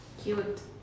Cute